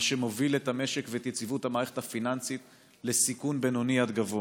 מה שמוביל את המשק ואת יציבות המערכת הפיננסית לסיכון בינוני עד גבוה.